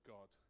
God